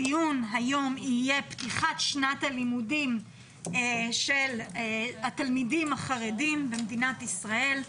הדיון היום יהיה: פתיחת שנת הלימודים של התלמידים החרדים במדינת ישראל.